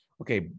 Okay